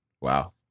Wow